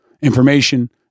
Information